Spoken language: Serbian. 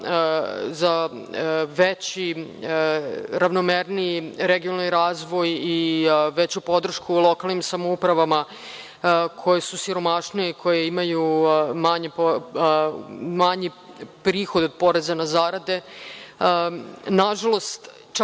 za veći, ravnomerniji, regionalni razvoj i veću podršku lokalnim samoupravama koje su siromašnije, koje imaju manji prihod od poreza na zarade. Nažalost, čak